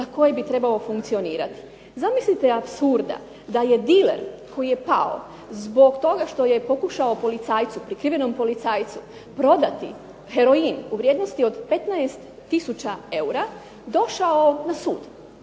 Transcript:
za koje bi trebao funkcionirati. Zamislite apsurda da je diler koji je pao zbog tog što je pokušao policajcu prikrivenom policajcu prodati heroin u vrijednosti od 15 tisuća eura došao na sud.